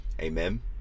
Amen